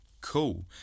cool